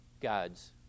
God's